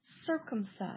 circumcised